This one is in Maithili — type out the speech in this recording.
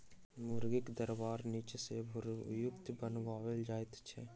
मुर्गीक दरबा नीचा सॅ भूरयुक्त बनाओल जाइत छै